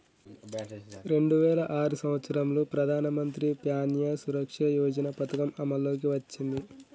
రెండు వేల ఆరు సంవత్సరంలో ప్రధానమంత్రి ప్యాన్య సురక్ష యోజన పథకం అమల్లోకి వచ్చింది